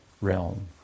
realm